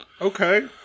Okay